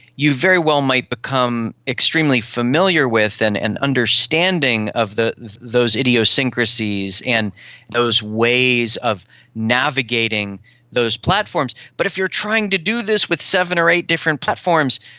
you very well might become extremely familiar with and and understanding of those idiosyncrasies and those ways of navigating those platforms. but if you're trying to do this with seven or eight different platforms,